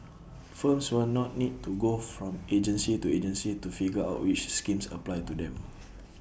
firms will not need to go from agency to agency to figure out which schemes apply to them